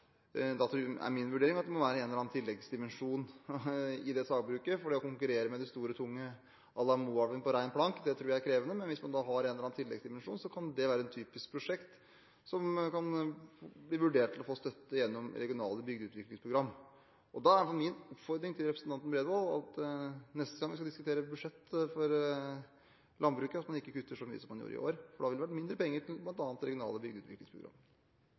at det må være en eller annen tilleggsdimensjon i det sagbruket, for det å konkurrere med de store, tunge sagbrukene – à la Moelven – på ren plank, tror jeg blir krevende. Men hvis man har en eller annen tilleggsdimensjon, kan det være et typisk prosjekt som kan bli vurdert til å få støtte gjennom regionale bygdeutviklingsprogrammer. Og da er det min oppfordring til representanten Bredvold at man – neste gang vi skal diskutere budsjettet for landbruket – ikke kutter så mye som man gjorde i år, for da ville det vært mindre penger til bl.a. regionale